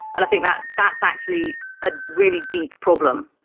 and i think that that's actually a really deep problem.